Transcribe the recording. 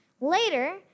Later